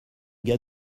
gars